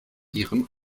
ihrem